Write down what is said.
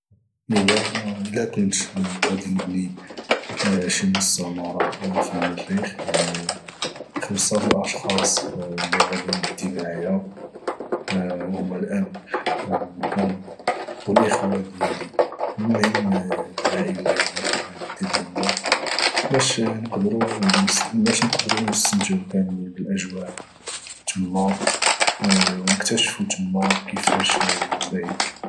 الى كنت غادي نبني شي مستعمرة في المريخ يعني 5 د الأشخاص اللي غندي معايا هما الأب والأم والإخوان ديالي المهم العائلة هي اللي غندي لولى باش نقدرو نستمعو كاملين بالاجواء تما ونكتاشفو تما كفاش داير